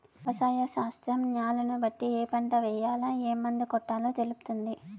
వ్యవసాయ శాస్త్రం న్యాలను బట్టి ఏ పంట ఏయాల, ఏం మందు కొట్టాలో తెలుపుతుంది